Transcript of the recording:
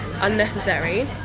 unnecessary